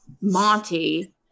Monty